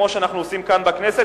כמו שאנחנו מקבלים כאן בכנסת,